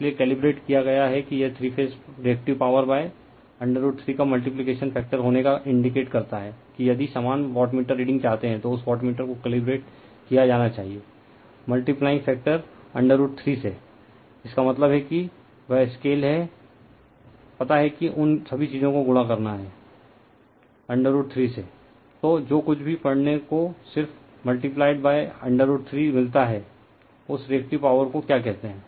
इसलिए कैलिब्रेट किया गया कि यह थ्री फेज रिएक्टिव पावर √3 का मल्टीपलीकेशन फैक्टर होने का इंडीकेट करता है कि यदि समान वाटमीटर रीडिंग चाहते हैं तो उस वाटमीटर को कैलिब्रेट किया जाना चाहिए मल्टीप्लाइंग फैक्टर √ थ्री से इसका मतलब है कि वह स्केल है पता है कि उन सभी चीजों को गुणा करना है √3 से तो जो कुछ भी पढ़ने को सिर्फ मल्टीपलाइड √3 मिलता है उस रिएक्टिव पॉवर को क्या कहते हैं